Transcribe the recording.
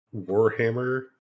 Warhammer